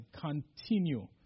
continue